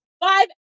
five